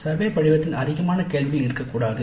survey படிவத்தில் அதிகமான கேள்விகள் இருக்கக்கூடாது